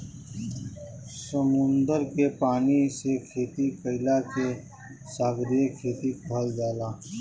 समुंदर के पानी से खेती कईला के सागरीय खेती कहल जाला